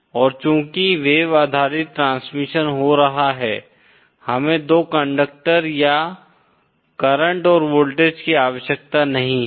और चूंकि वेव आधारित ट्रांसमिशन हो रहा है हमें दो कंडक्टर या करंट और वोल्टेज की आवश्यकता नहीं है